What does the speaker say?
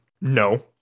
No